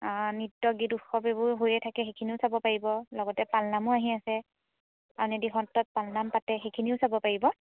নৃত্য গীত উৎসৱ এইবোৰ হৈয়ে থাকে সেইখিনিও চাব পাৰিব লগতে পালনামো আহি আছে আউনী আটী সত্ৰত পালনাম পাতে সেইখিনিও চাব পাৰিব